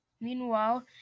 Meanwhile